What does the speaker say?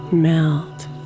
Melt